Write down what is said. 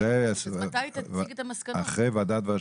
מתי היא תציג את המסקנות שלה?